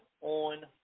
on